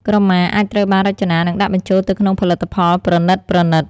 ក្រមាអាចត្រូវបានរចនា និងដាក់បញ្ចូលទៅក្នុងផលិតផលប្រណីតៗ។